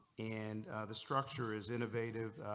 and the structure is innovative.